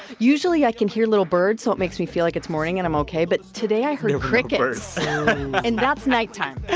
usually, i can hear little birds, so it makes me feel like it's morning, and i'm ok. but today, i heard crickets and that's nighttime